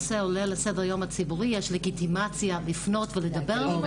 שהנושא עולה לסדר יום הציבורי יש לגיטימציה לפנות ולדבר על